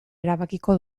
erabakiko